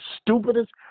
stupidest